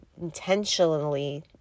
intentionally